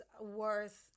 worth